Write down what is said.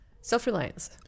Self-reliance